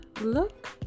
look